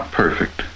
perfect